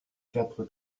quatre